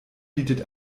bietet